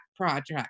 project